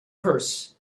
purse